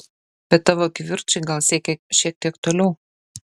bet tavo kivirčai gal siekė šiek tiek toliau